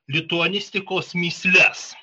lituanistikos mįsles